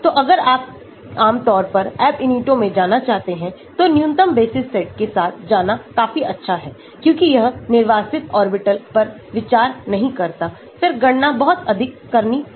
तो अगर आप आम तौर पर Ab initio में जाना चाहते हैं तो न्यूनतम बेसिस सेट के साथ जाना काफी अच्छा है क्योंकि यह निर्वासित ऑर्बिटल्स पर विचार नहीं करता फिर गणना बहुत अधिक करनी है